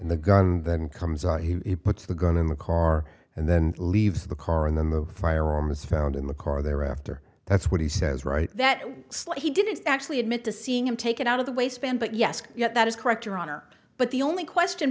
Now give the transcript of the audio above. and the gun then comes out he puts the gun in the car and then leaves the car and then the firearm is found in the car there after that's what he says right that slight he didn't actually admit to seeing him take it out of the waistband but yes that is correct your honor but the only question